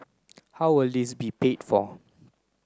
how will this be paid for